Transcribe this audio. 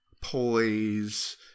poise